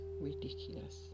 ridiculous